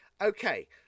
Okay